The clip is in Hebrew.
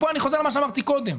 כאן אני חוזר למה שאמרתי קודם.